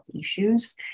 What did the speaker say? issues